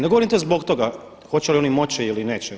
Ne govorim to zbog toga hoće li oni moći ili neće.